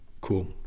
Cool